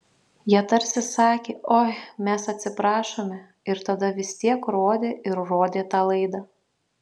jie tarsi sakė oi mes atsiprašome ir tada vis tiek rodė ir rodė tą laidą